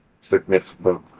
significant